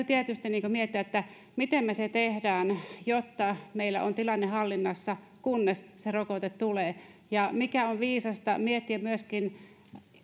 tietysti miettiä miten me sen teemme jotta meillä on tilanne hallinnassa kunnes se rokote tulee ja on viisasta miettiä myöskin